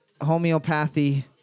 homeopathy